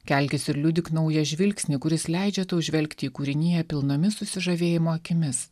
kelkis ir liudyk naują žvilgsnį kuris leidžia tau žvelgti į kūriniją pilnomis susižavėjimo akimis